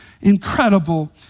incredible